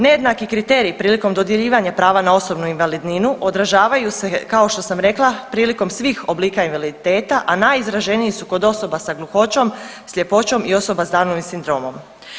Nejednaki kriteriji prilikom dodjeljivanja prava na osobnu invalidninu odražavaju se kao to sam rekla priliko svih oblika invaliditeta, a najizraženiji su kod osoba sa gluhoćom, sljepoćom i osoba s Downovim sindromom.